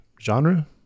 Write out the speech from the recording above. genre